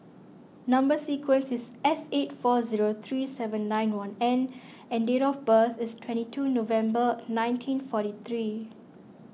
Number Sequence is S eight four zero three seven nine one N and date of birth is twenty two November nineteen forty three